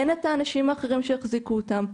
אין את האנשים האחרים שיחזיקו אותם,